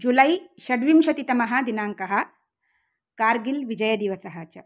जुलै षड्विंशतितमः दिनाङ्कः कार्गिल् विजयदिवसः च